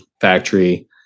factory